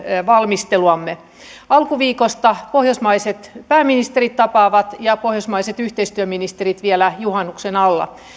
valmistelua alkuviikosta pohjoismaiset pääministerit tapaavat ja pohjoismaiset yhteistyöministerit vielä juhannuksen alla